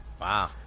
Wow